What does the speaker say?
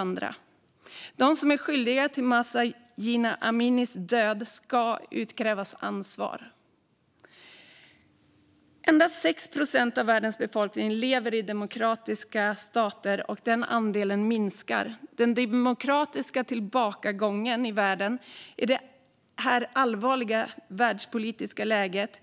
Ansvar ska utkrävas av dem som är skyldiga till Mahsa Jina Aminis död. Endast 6 procent av världens befolkning lever i demokratiska stater, och den andelen minskar. Den demokratiska tillbakagången i världen i det här allvarliga världspolitiska läget